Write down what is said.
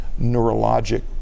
neurologic